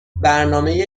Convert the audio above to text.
برنامه